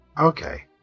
Okay